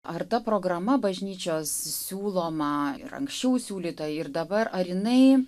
ar ta programa bažnyčios siūloma ir anksčiau siūlyta ir dabar ar jinai